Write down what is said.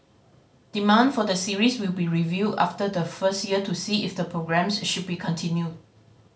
demand for the series will be reviewed after the first year to see if the programmes should be continued